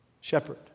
shepherd